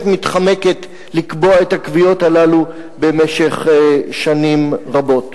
מתחמקת מלקבוע את הקביעות הללו במשך שנים רבות.